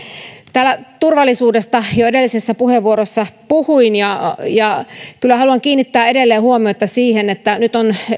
täällä turvallisuudesta jo edellisessä puheenvuorossa puhuin ja ja haluan kyllä kiinnittää edelleen huomiota siihen että